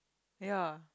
ya